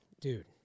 Dude